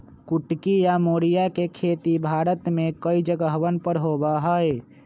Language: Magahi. कुटकी या मोरिया के खेती भारत में कई जगहवन पर होबा हई